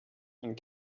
and